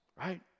Right